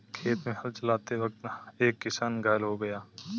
खेत में हल चलाते वक्त एक किसान घायल हो गया